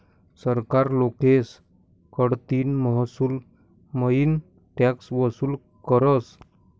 सरकार लोकेस कडतीन महसूलमईन टॅक्स वसूल करस